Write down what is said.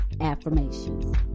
affirmations